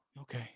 Okay